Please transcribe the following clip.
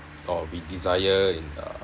or we desire in uh